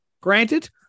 Granted